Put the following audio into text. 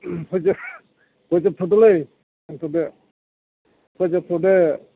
फोजो फोजोबथ'दोलै दोनथ'दो फोजोबथ'दो